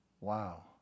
Wow